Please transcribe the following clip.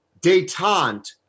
detente